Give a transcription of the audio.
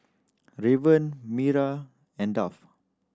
Raven me and Duff